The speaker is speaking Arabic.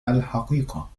الحقيقة